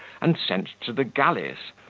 and sent to the galleys,